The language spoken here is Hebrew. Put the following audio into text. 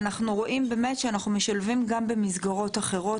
אנחנו רואים באמת שאנחנו משלבים גם במסגרות אחרות,